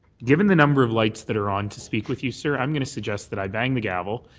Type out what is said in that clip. given the number of lights that are on to speak with you, sir, i'm going to suggest that i bang the gavel,